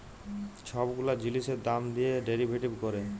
ছব গুলা জিলিসের দাম দিঁয়ে ডেরিভেটিভ ক্যরে